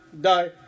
die